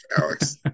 Alex